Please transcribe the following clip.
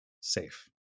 safe